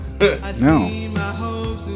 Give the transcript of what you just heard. No